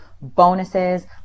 bonuses